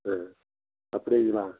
ம் அப்டிங்களா